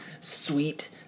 sweet